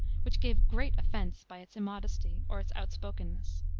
which gave great offense by its immodesty, or its outspokenness.